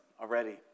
already